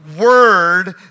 word